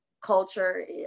culture